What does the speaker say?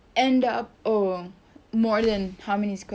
end up a more than how many square feet